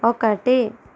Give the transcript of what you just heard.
ఒకటి